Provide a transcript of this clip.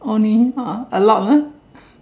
only uh a lot lah